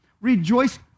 Rejoice